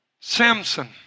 Samson